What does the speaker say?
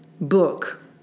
book